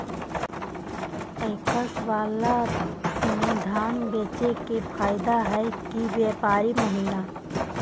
PACS बाला में धान बेचे मे फायदा है कि व्यापारी महिना?